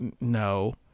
No